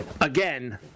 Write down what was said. Again